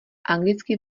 anglický